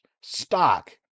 stock